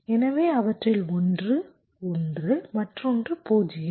எனவே அவற்றில் ஒன்று 1 மற்றொன்று 0